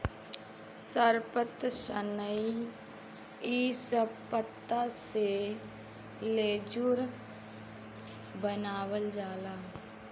सरपत, सनई इ सब पत्ता से लेजुर बनावाल जाला